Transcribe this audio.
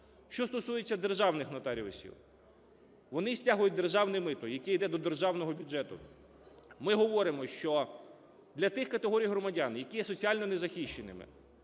Що стосується державних нотаріусів, вони стягують державне мито, яке йде до державного бюджету. Ми говоримо, що для тих категорій громадян, які є соціально незахищені,